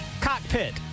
Cockpit